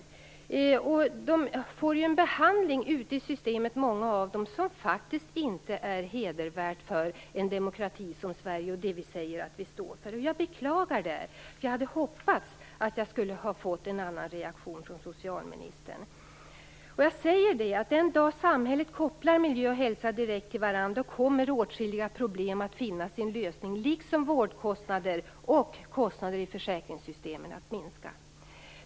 Många av dem får ju en behandling ute i systemet som faktiskt inte är hedervärd för en demokrati som Sverige med tanke på vad vi säger att vi står för. Jag beklagar detta. Jag hade hoppats på en annan reaktion från socialministern. Den dag samhället kopplar miljö och hälsa direkt till varandra, kommer åtskilliga problem att finna sin lösning. Dessutom kommer vårdkostnaderna och kostnaderna inom försäkringssystemen att minska.